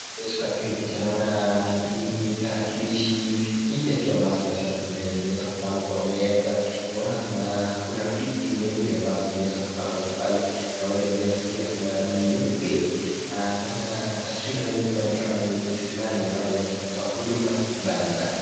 Maelezo katika hii picha naona ni tarakilishi nne tu ambazo naziona zimeweza kupangwa kwa meza. Naona kuna kuna viti nyeupe ambazo zimeweza kupangwa tu pale. Naona ile meza pia kuna ni nyeupe. Naona taswira nyumba ni kama ni ofisi fulani ambaye inaweza kutoa huduma mbalimbali.